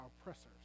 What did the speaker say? oppressors